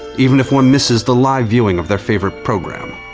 even if one misses the live viewing of their favorite program,